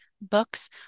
books